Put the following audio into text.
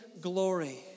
glory